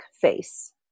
face